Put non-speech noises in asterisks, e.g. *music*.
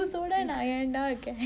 *laughs*